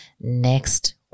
next